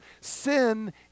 sin